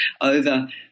over